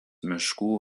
miškų